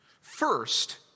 First